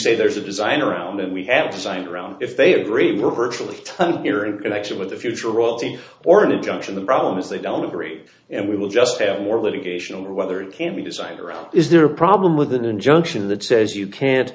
say there's a design around that we have to sign around if they agree virtually ton here and connection with the future royalty or an injunction the problem is they don't agree and we will just have more litigation over whether it can be designed or is there a problem with an injunction that says you can't